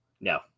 No